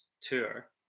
tour